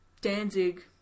Danzig